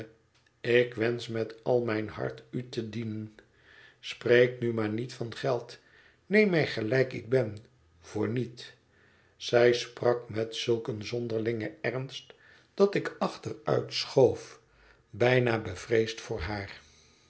ik wensch met al mijn hart ute dienen spreek nu maar niet van geld neem mij gelijk ik ben voorniet zij sprak met zulk een zonderlingen ernst dat ik achtéruitschoof bijna bevreesd voor haar